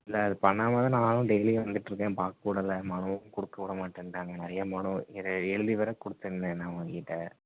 இல்லை அது பண்ணாமல் தான் நானும் டெய்லியும் வந்துகிட்ருக்கேன் பார்க்க விடலை மனுவும் கொடுக்க விட மாட்டேன்ட்டாங்க நிறையா மனு இதை எழுதி வேறு கொடுத்துருந்தேன் நான் உங்கள்கிட்ட